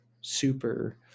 super